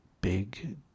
big